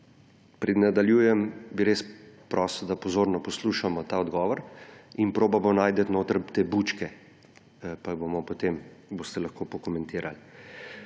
Preden nadaljujem, bi res prosil, da pozorno poslušamo ta odgovor in probamo najti notri te bučke, pa jih boste lahko potem pokomentirali.